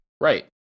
Right